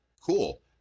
cool